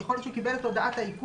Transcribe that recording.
יכול להיות שהוא קיבל את הודעת האיכון